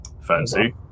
Fancy